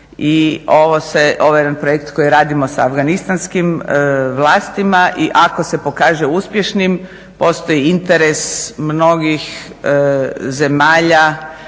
i ovo je jedan projekt koji radimo sa afganistanskim vlastima i ako se pokaže uspješnim postoji interes mnogih zemalja